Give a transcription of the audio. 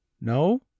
No